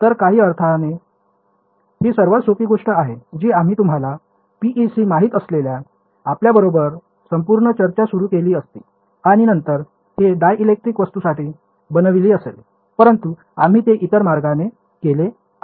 तर काही अर्थाने ही सर्वात सोपी गोष्ट आहे जी आम्ही तुम्हाला PEC माहित असलेल्या आपल्याबरोबर संपूर्ण चर्चा सुरू केली असती आणि नंतर ते डायलेक्ट्रिक वस्तूंसाठी बनविली असेल परंतु आम्ही ते इतर मार्गाने केले आहे